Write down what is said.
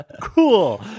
Cool